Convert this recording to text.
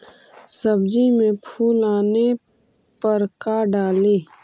सब्जी मे फूल आने पर का डाली?